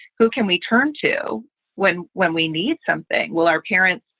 who can we turn to when when we need something while our parents